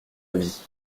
levis